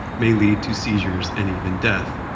may lead to seizures and even death.